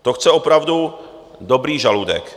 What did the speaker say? To chce opravdu dobrý žaludek.